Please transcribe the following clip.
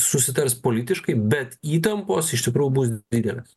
susitars politiškai bet įtampos iš tikrųjų bus didelės